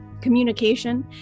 communication